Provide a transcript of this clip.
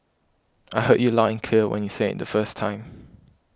I heard you loud and clear when you said it in the first time